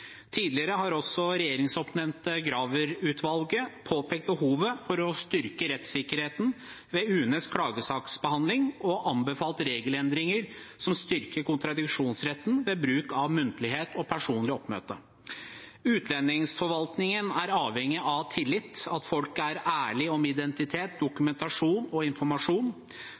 Tidligere har det regjeringsoppnevnte Graver-utvalget påpekt behovet for å styrke rettssikkerheten ved UNEs klagesaksbehandling og anbefalt regelendringer som styrker kontradiksjonsretten ved bruk av muntlighet og personlig oppmøte. Utlendingsforvaltningen er avhengig av tillit, at folk er ærlige om identitet, dokumentasjon og informasjon,